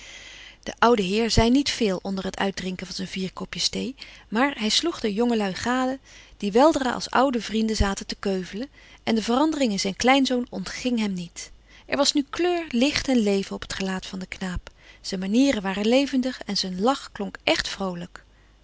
de oude heer zei niet veel onder het uitdrinken van zijn vier kopjes thee maar hij sloeg de jongelui gade die weldra als oude vrienden zaten te keuvelen en de verandering in zijn kleinzoon ontging hem niet er was nu kleur licht en leven op het gelaat van den knaap zijn manieren waren levendig en zijn lach klonk echt vroolijk